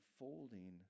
unfolding